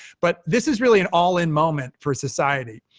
but this is really an all-in moment for society,